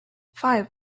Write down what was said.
five